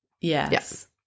Yes